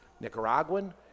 Nicaraguan